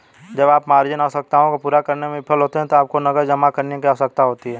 जब आप मार्जिन आवश्यकताओं को पूरा करने में विफल होते हैं तो आपको नकद जमा करने की आवश्यकता होती है